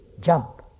jump